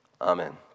amen